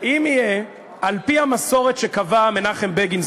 על-פי המסורת שקבע מנחם בגין,